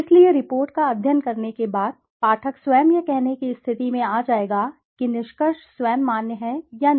इसलिए रिपोर्ट का अध्ययन करने के बाद पाठक स्वयं यह कहने की स्थिति में आ जाएगा कि निष्कर्ष स्वयं मान्य है या नहीं